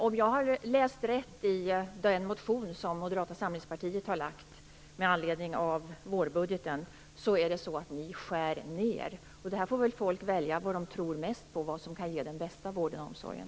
Om jag har läst rätt i den motion som Moderata samlingspartiet har väckt med anledning av vårbudgeten står det att ni skär ned. Människor får väl välja vad de mest tror på kan ge den bästa vården och omsorgen.